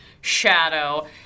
shadow